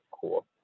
cool